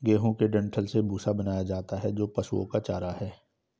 गेहूं के डंठल से भूसा बनाया जाता है जो पशुओं का चारा है